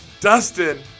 Dustin